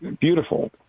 beautiful